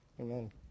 Amen